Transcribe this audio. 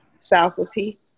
faculty